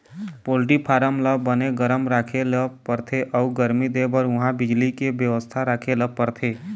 poultry farm ल बने गरम राखे ल परथे अउ गरमी देबर उहां बिजली के बेवस्था राखे ल परथे